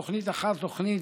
תוכנית אחר תוכנית,